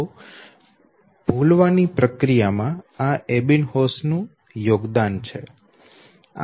તો ભૂલવા ની પ્રક્રિયા માં આ એબિન્હોસ નું યોગદાન છે